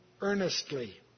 earnestly